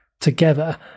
together